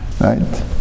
right